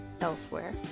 elsewhere